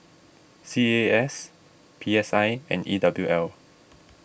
C A A S P S I and E W L